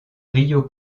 rio